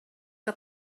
que